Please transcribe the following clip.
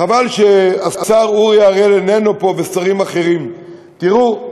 חבל שהשר אורי אריאל איננו פה, ושרים אחרים: תראו,